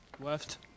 Left